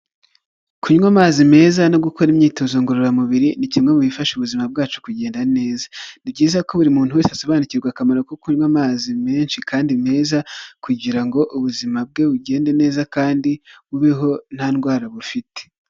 Kunywa amazi meza no gukora imyitozo ngororamubiri ni kimwe mu bifasha ubuzima bwacu kugenda neza, ni byiza ko buri muntu wese asobanukirwa akamaro ko kunywa amazi menshi kandi meza kugira ngo ubuzima bwe bugende neza kandi bubeho nta ndwara bufite.